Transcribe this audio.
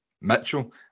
Mitchell